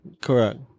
Correct